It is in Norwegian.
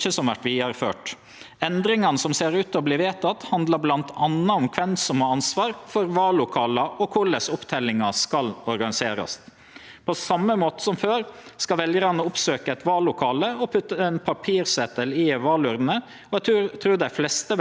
På same måte som før skal veljarane oppsøkje eit vallokale og putte ein papirsetel i ei valurne, og eg trur dei fleste veljarar ikkje vil merke nokon stor forskjell. Endringane er likevel gjorde for at veljarane skal ha tillit til at valet vert gjennomført på ein god måte.